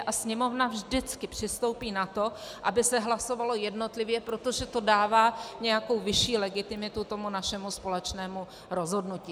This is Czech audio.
A Sněmovna vždycky přistoupí na to, aby se hlasovalo jednotlivě, protože to dává nějakou vyšší legitimitu tomu našemu společnému rozhodnutí.